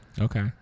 Okay